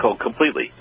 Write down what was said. completely